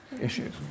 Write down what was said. issues